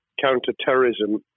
counter-terrorism